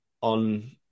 on